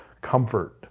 comfort